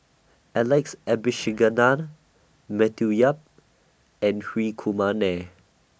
Alex Abisheganaden Matthew Yap and Hri Kumar Nair